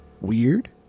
weird